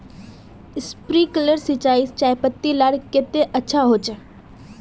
Sprinkler सिंचाई चयपत्ति लार केते अच्छा होचए?